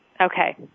Okay